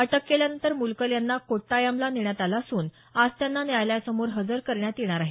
अटक केल्यानंतर मुलकल यांना कोट्टायामला नेण्यात आले असून आज त्यांना न्यायालयासमोर हजर करण्यात येणार आहे